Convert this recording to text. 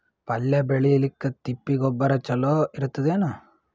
ಪಲ್ಯ ಬೇಳಿಲಿಕ್ಕೆ ತಿಪ್ಪಿ ಗೊಬ್ಬರ ಚಲೋ ಇರತದೇನು?